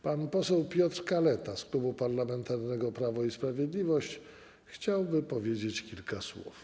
Pan poseł Piotr Kaleta z Klubu Parlamentarnego Prawo i Sprawiedliwość chciałby powiedzieć kilka słów.